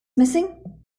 missing